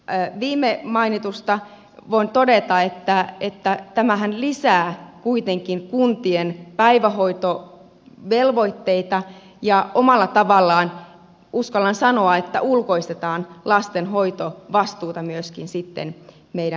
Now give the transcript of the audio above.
viime mainitusta voin todeta että tämähän lisää kuitenkin kuntien päivähoitovelvoitteita ja omalla tavallaan uskallan sanoa ulkoistetaan lasten hoitovastuuta myöskin meidän yhteiskunnalle